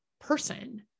person